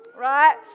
Right